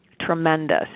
tremendous